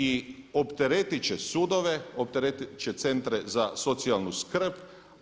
I opteretit će sudove, opteretit će centre za socijalnu skrb.